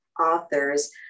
authors